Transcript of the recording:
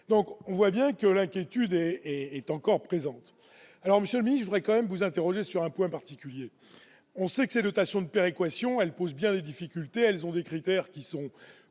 donc on voit bien que l'inquiétude est est est encore présente alors monsieur, mais je voudrais quand même vous interroger sur un point particulier, on sait que c'est dotations de péréquation, elle pose bien des difficultés, elles ont des critères qui sont